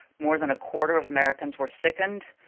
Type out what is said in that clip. more than a quarter of americans were sickened.